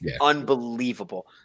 unbelievable